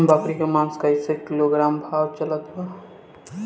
बकरी के मांस कईसे किलोग्राम भाव चलत बा?